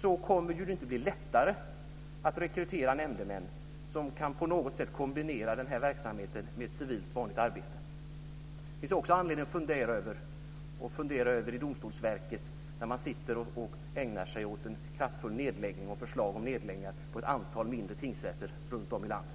Det kommer inte att bli lättare att rekrytera nämndemän som på något sätt kan kombinera den här verksamheten med ett vanligt civilt arbete. Det finns också anledning att fundera över i Domstolsverket, när man ägnar sig åt förslag om nedläggningar av ett antal mindre tingsrätter runtom i landet,